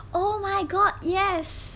oh my god yes